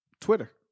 Twitter